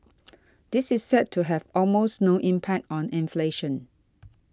this is set to have almost no impact on inflation